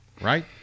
Right